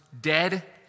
dead